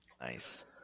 Nice